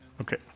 Okay